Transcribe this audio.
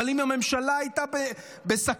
אבל אם הממשלה הייתה בסכנה,